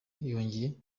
yongeye